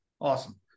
awesome